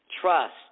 Trust